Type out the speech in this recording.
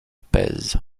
pèse